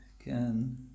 again